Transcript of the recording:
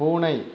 பூனை